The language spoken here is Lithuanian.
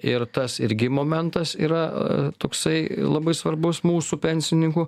ir tas irgi momentas yra toksai labai svarbus mūsų pensininkų